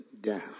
down